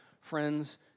Friends